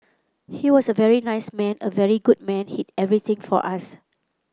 he was a very nice man a very good man he everything for us